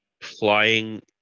flying